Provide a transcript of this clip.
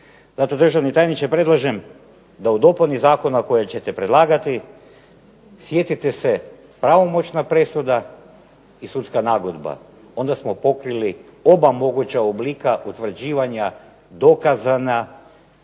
Zato državni tajniče predlažem da u dopuni zakona koju ćete predlagati, sjetite se pravomoćna presuda i sudska nagodba, onda smo pokrili oba moguća oblika potvrđivanja dokazana,